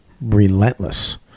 relentless